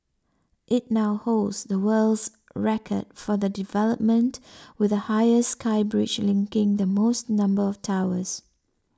it now holds the world's record for the development with the highest sky bridge linking the most number of towers